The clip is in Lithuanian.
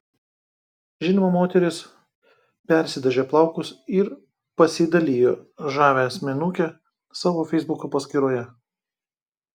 žinoma moteris persidažė plaukus ir pasidalijo žavia asmenuke savo feisbuko paskyroje